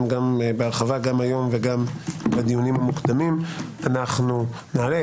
בהרחבה היום ובדיונים המוקדמים - נעלה.